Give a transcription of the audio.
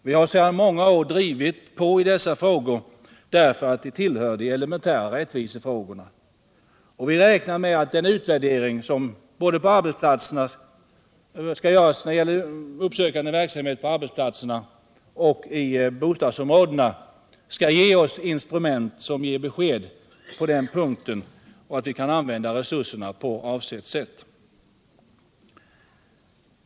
Vi har sedan många år drivit på i dessa frågor därför att de tillhör de elementära rättvisefrågorna. Vi räknar med att den utvärdering som skall göras när det gäller uppsökande verksamhet på arbetsplatserna och i bostadsområdena skall ge besked på den punkten, och att vi kan använda resurserna på avsett sätt.